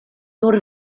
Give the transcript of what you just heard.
nur